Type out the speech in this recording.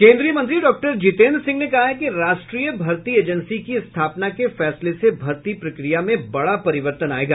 केंद्रीय मंत्री डॉक्टर जितेंद्र सिंह ने कहा है कि राष्ट्रीय भर्ती एजेंसी की स्थापना के फैसले से भर्ती प्रक्रिया में बडा परिवर्तन आएगा